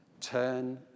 turn